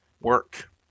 Work